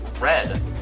red